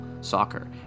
soccer